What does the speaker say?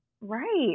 right